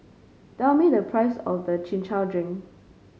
tell me the price of the Chin Chow Drink